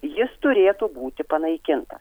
jis turėtų būti panaikinta